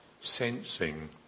sensing